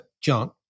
John